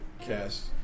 cast